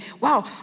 wow